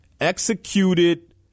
executed